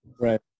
Right